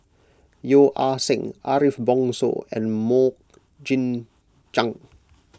Yeo Ah Seng Ariff Bongso and Mok Jing Jang